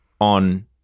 on